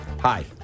Hi